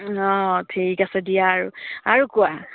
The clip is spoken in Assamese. অঁ ঠিক আছে দিয়া আৰু আৰু কোৱা